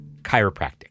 chiropractic